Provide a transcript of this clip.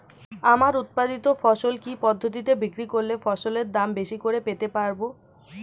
আমার উৎপাদিত ফসল কি পদ্ধতিতে বিক্রি করলে ফসলের দাম বেশি করে পেতে পারবো?